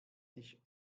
sich